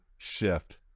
Shift